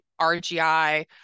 RGI